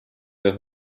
der